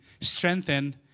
strengthen